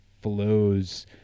flows